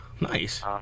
nice